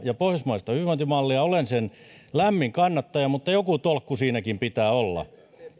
ja pohjoismaista hyvinvointimallia ja olen sen lämmin kannattaja mutta joku tolkku siinäkin pitää olla